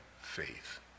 faith